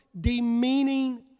demeaning